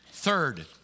Third